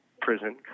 prison